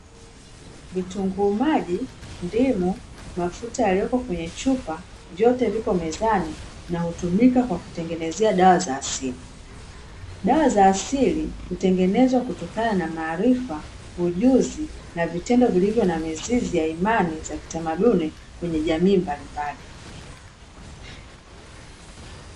Vitunguu maji, ndimu, mafuta yaliyopo kwenye chupa, vyote vipo mezani na hutumika kwa kutengenezea dawa za asili. Dawa za asili hutengenezwa kutokana na maarifa, ujuzi, na vitendo vilivyo na mizizi ya imani za kitamaduni, kwenye jamii mbalimbali.